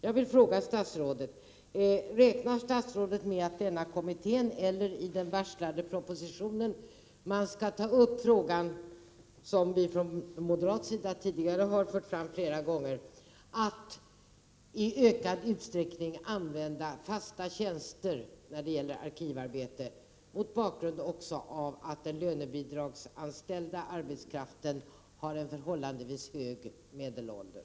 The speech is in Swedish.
Jag vill fråga statsrådet: Räknar statsrådet med att i denna kommitté eller i den varslade propositionen man skall ta upp frågan — som vi från moderat sida tidigare har fört fram flera gånger — att i ökad utsträckning använda fasta tjänster när det gäller arkivarbete — också mot bakgrund av att den lönebidragsanställda arbetskraften har en förhållandevis hög medelålder?